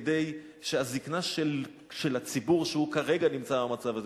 כדי שהזיקנה של הציבור שכרגע נמצא במצב הזה,